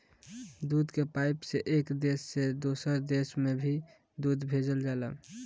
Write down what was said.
दूध के पाइप से एक देश से दोसर देश में भी दूध भेजल जाला